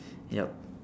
yup